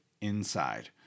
inside